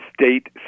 state